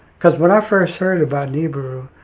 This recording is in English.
because when i first heard about nibiru